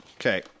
Okay